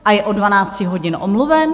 A je od 12 hodin omluven?